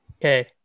Okay